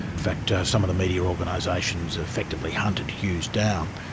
in fact some of the media organisations effectively hunted hughes down.